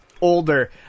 older